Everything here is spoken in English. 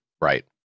right